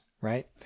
right